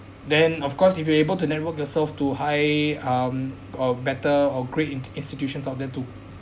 then of course if you are able to network yourself to high um or better or great institutions out there to